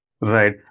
Right